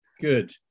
Good